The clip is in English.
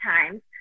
times